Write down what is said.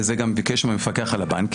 וזה גם ביקש ממנו לפקח על הבנקים.